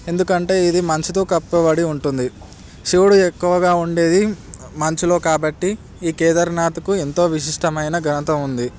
ఎందుకంటే ఇది మంచుతో కప్పబడి ఉంటుంది శివుడు ఎక్కువగా ఉండేది మంచులో కాబట్టి ఈ కేదార్నాథ్కు ఎంతో విశిష్టమైన ఘనత ఉంది